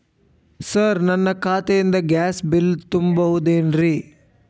Sir ನನ್ನ ಖಾತೆಯಿಂದ gas bill ತುಂಬಹುದೇನ್ರಿ?